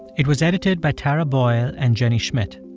it was edited by tara boyle and jenny schmidt.